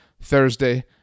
Thursday